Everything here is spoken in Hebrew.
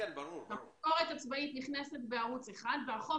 המשכורת הצבאית נכנסת בערוץ אחד והחוב